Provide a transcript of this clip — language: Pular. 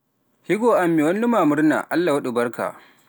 Higo am mi wallu ma murna, Allah waɗu barka.